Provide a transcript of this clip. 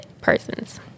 persons